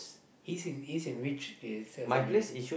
he's in he's in which the servant unit